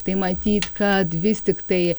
tai matyt kad vis tiktai